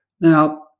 Now